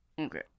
Okay